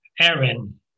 Aaron